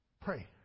pray